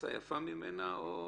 מצא יפה ממנה או